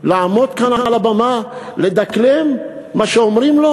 לעמוד כאן על הבמה לדקלם מה שאומרים לו?